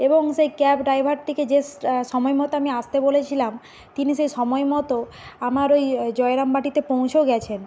এবং সেই ক্যাব ড্রাইভারটিকে যে সময় মতো আমি আসতে বলেছিলাম তিনি সে সময় মতো আমার ওই জয়রামবাটিতে পৌঁছেও গিয়েছেন